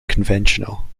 conventional